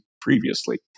previously